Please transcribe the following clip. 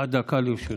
עד דקה לרשותך.